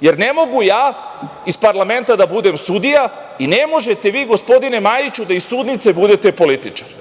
jer ne mogu ja iz parlamenta da budem sudija i ne možete vi, gospodine Majiću, da iz sudnice budete političar.